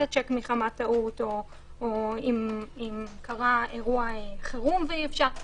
השיק מחמת טעות או אם קרה אירוע חירום ואי אפשר.